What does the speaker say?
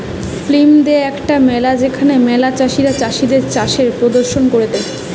field দে একটা মেলা যেখানে ম্যালা চাষীরা তাদির চাষের প্রদর্শন করেটে